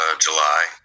July